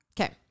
Okay